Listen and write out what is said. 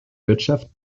wirtschaft